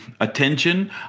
attention